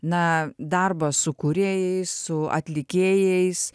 na darbą su kūrėjais su atlikėjais